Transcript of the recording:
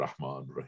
Rahman